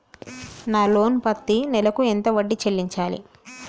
నా లోను పత్తి నెల కు ఎంత వడ్డీ చెల్లించాలి?